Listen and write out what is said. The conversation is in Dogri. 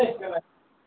ठीक ऐ